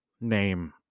name